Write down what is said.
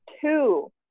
two